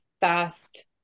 fast